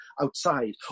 outside